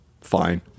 fine